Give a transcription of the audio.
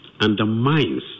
undermines